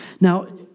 Now